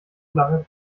lange